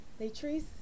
Latrice